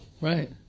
Right